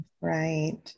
Right